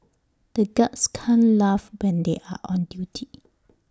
the guards can't laugh when they are on duty